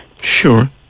Sure